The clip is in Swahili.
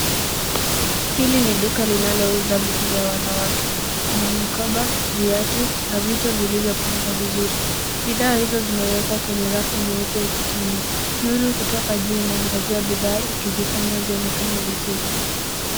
Hili ni duka linalouza vitu vya wanawake, kuna mikoba, viatu na vitu vilivyopangwa vizuri. Bidhaa hizo zimewekwa kwenye rafu nyeupe ukutani. Nuru kutoka juu inaangazia bidhaa ikizifanya zionekane vizuri.